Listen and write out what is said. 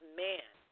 man